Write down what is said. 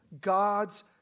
God's